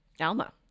Alma